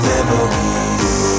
Memories